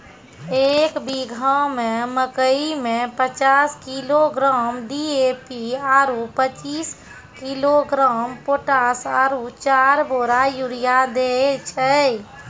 एक बीघा मे मकई मे पचास किलोग्राम डी.ए.पी आरु पचीस किलोग्राम पोटास आरु चार बोरा यूरिया दैय छैय?